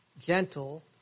gentle